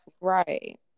right